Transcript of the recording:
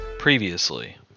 Previously